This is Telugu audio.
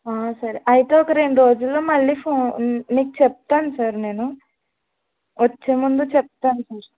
సరే అయితే ఒక రెండు రోజుల్లో మళ్ళీ ఫోన్ మీకు చెప్తాను సర్ నేను వచ్చేముందు చెప్తాను సర్